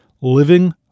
living